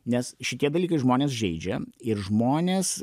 nes šitie dalykai žmones žeidžia ir žmonės